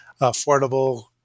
affordable